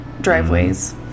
driveways